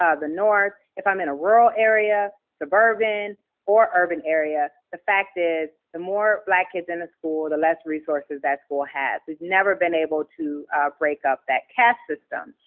ah the north, if i'm in a rural area, suburban or urban area. the fact is the more black kids in a school, the less resources that school has. we've never been able to break up that caste system.